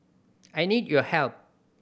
I need your help